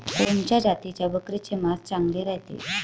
कोनच्या जातीच्या बकरीचे मांस चांगले रायते?